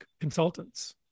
consultants